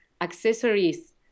accessories